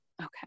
okay